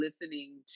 listening